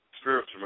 Spiritual